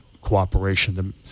cooperation